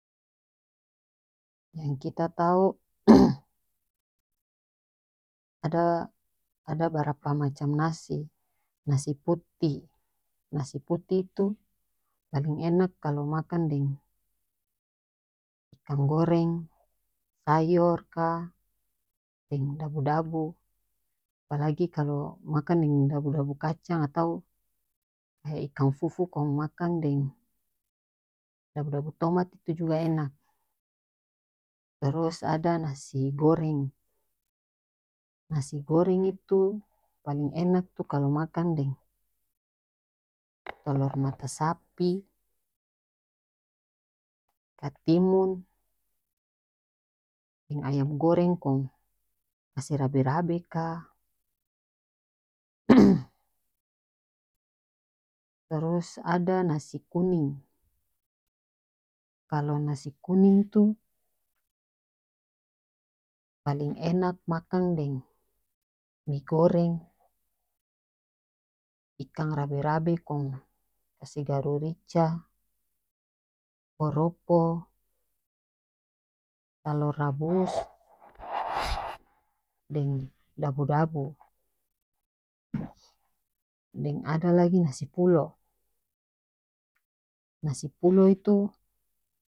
Yang kita tau ada-ada barapa macam nasi nasi putih nasi putih itu paling enak kalo makang deng ikang goreng sayor ka deng dabu dabu apalagi kalo makang deng dabu dabu kacang atau ikang fufu kong makang deng dabu dabu tomat itu juga enak trus ada nasi goreng nasi goreng itu paleng enak tu kalo makang deng tolor mata sapi katimun deng ayam goreng kong kase rabe rabe ka trus ada nasi kuning kalo nasi kuning itu paling enak makang deng mie goreng ikang rabe rabe kong kase garu rica koropo talor rabus deng dabu dabu deng ada lagi nasi pulo nasi pulo itu.